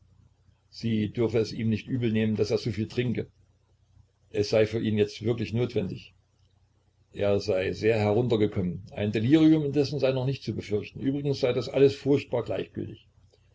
sie dürfe ihm nicht übel nehmen daß er so viel trinke es sei für ihn jetzt wirklich notwendig er sei sehr heruntergekommen ein delirium indessen sei noch nicht zu befürchten übrigens sei das alles furchtbar gleichgültig